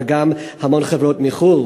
וגם המון חברות מחו"ל,